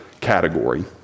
category